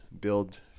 build